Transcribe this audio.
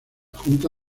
junta